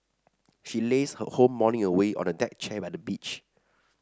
she lazed her whole morning away on the deck chair by the beach